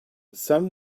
some